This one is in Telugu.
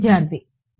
విద్యార్థి 0